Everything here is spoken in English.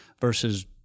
versus